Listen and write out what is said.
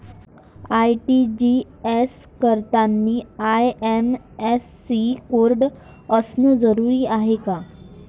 RTGS करतांनी IFSC code असन जरुरी रायते का?